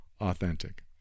authentic